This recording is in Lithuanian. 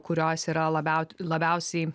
kurios yra labiau labiausiai